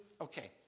okay